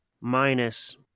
minus